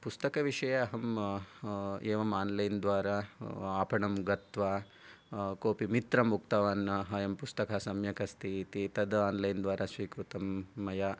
पुस्तकविषये अहं एवं आन्लैन् द्वारा आपणं गत्वा कोऽपि मित्रं उक्तवान् अयं पुस्तकः सम्यक् अस्ति इति तद् आन्लैन् द्वारा स्वीकृतं मया